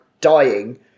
dying